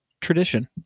tradition